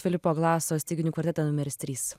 filipo glaso styginių kvartetą numeris trys